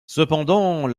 cependant